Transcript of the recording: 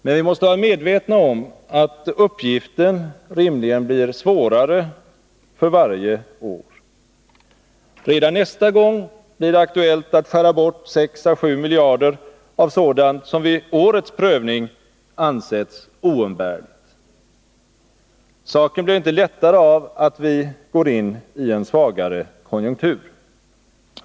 Men vi måste vara medvetna om att uppgiften rimligen blir svårare för varje år. Redan nästa gång blir det aktuellt att skära bort 6 å 7 miljarder av sådant som vid årets prövning ansetts oumbärligt. Saken blir inte lättare av att vi går in i en svagare konjunktur.